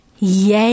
Yay